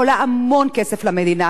עולה המון כסף למדינה.